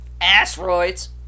Asteroids